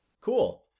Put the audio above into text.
Cool